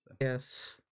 yes